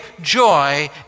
joy